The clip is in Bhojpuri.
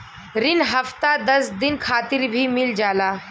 रिन हफ्ता दस दिन खातिर भी मिल जाला